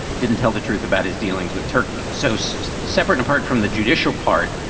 didn't tell the truth about his dealings with turkey. so so separate apart from the judicial part,